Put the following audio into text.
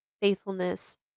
faithfulness